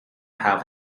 have